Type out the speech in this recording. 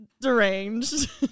Deranged